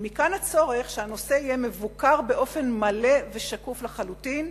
ומכאן הצורך שהנושא יהיה מבוקר באופן מלא ושקוף לחלוטין.